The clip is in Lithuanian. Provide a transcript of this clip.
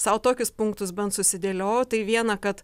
sau tokius punktus bent susidėliojau tai viena kad